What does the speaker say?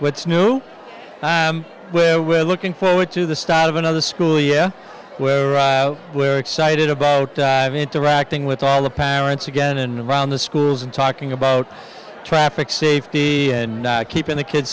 what's new where we're looking forward to the start of another school year where we're excited about interacting with all the parents again and around the schools and talking about traffic safety and keeping the kid